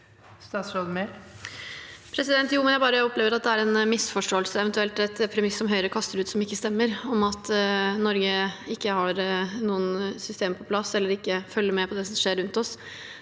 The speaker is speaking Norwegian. Jo, men jeg opple- ver at det er en misforståelse, eventuelt et premiss Høyre kaster ut, som ikke stemmer, om at Norge ikke har noen systemer på plass, eller ikke følger med på det som skjer rundt oss.